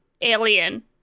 alien